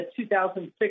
2006